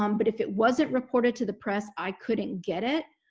um but if it wasn't reported to the press, i couldn't get it.